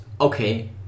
okay